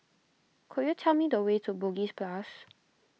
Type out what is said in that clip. could you tell me the way to Bugis Plus